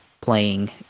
playing